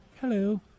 hello